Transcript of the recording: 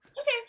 Okay